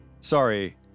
Sorry